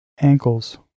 ankles